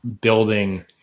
building